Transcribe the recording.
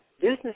business